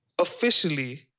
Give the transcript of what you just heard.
officially